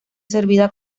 servida